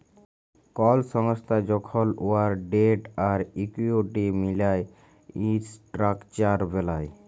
call সংস্থা যখল উয়ার ডেট আর ইকুইটি মিলায় ইসট্রাকচার বেলায়